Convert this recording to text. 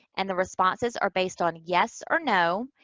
and the responses are based on yes or no.